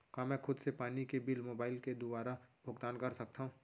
का मैं खुद से पानी के बिल मोबाईल के दुवारा भुगतान कर सकथव?